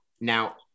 Now